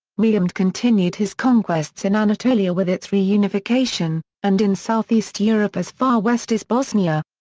mehmed continued his conquests in anatolia with its reunification, and in southeast europe as far west as bosnia.